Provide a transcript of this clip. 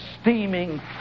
steaming